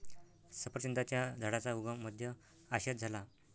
सफरचंदाच्या झाडाचा उगम मध्य आशियात झाला